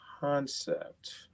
concept